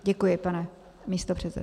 Děkuji, pane místopředsedo.